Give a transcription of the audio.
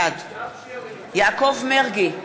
בעד יעקב מרגי,